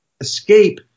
escape